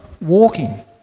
walking